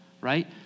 right